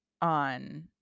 on